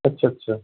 अच्छा अच्छा